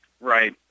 Right